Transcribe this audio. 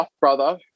brother